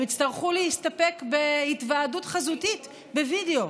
הם יצטרכו להסתפק בהתוועדות חזותית בווידיאו.